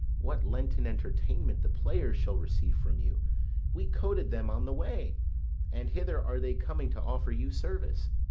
what lenten entertainment the players shall receive from you we coted them on the way and hither are they coming to offer you service.